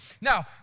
Now